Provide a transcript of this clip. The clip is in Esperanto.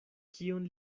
kion